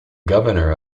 governor